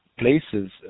places